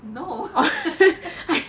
no